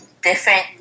different